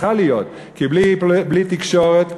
כי בלי תקשורת,